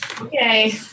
okay